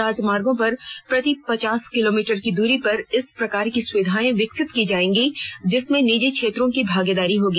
राजमार्गो पर प्रति पचास किलोमीटर की दूरी पर इस प्रकार की सुविधाएं विकसित की जायेंगी जिसमें निजी क्षेत्रों की भागीदारी होगी